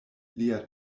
lia